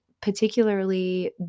particularly